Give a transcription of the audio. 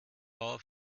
bau